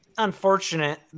unfortunate